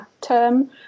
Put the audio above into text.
term